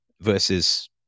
versus